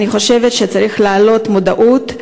אני חושבת שצריך להעלות את המודעות,